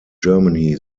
germany